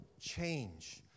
change